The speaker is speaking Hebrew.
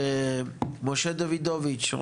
משה דוידוביץ'',